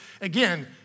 Again